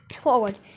forward